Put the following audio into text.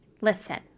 Listen